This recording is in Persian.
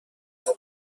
کلان